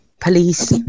police